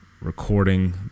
recording